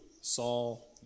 Saul